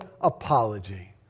apology